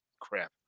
crap